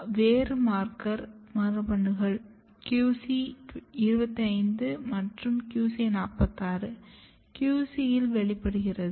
ஆனால் வேறு மார்க்கர் மரபணுக்கள் QC 25 மற்றும் QC 46 QC இல் வெளிப்படுகிறது